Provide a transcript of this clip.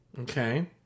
Okay